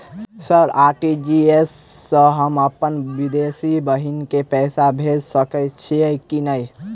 Sir RTGS सँ हम अप्पन विदेशी बहिन केँ पैसा भेजि सकै छियै की नै?